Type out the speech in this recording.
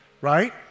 right